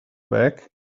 back